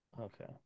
Okay